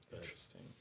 Interesting